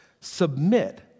Submit